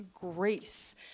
grace